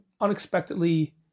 unexpectedly